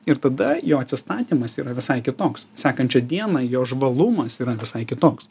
ir tada jo atsistatymas yra visai kitoks sekančią dieną jo žvalumas yra visai kitoks